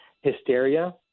hysteria